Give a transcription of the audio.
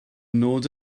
nod